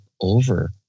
over